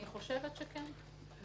אני חושבת שכן.